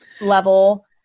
level